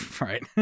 Right